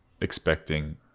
expecting